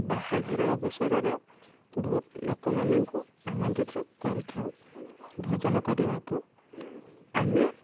ବାହାଘର ଅବସରରେ ବହୁତ ଲୋକମାନଙ୍କୁ ଆମନ୍ତ୍ରିତ କରିଥାଉ ଭୋଜନ କରିବାକୁ ଆମେ